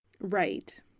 Right